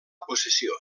possessió